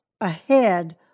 ahead